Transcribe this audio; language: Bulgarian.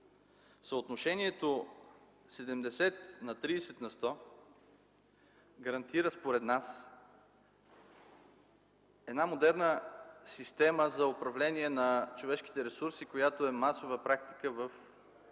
Съотношението 70 към 30 на сто гарантира според нас модерна система за управление на човешките ресурси, която е масова практика не само